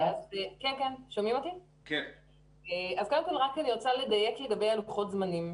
אני רוצה לדייק לגבי לוחות הזמנים.